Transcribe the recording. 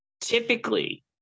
Typically